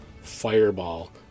fireball